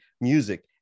music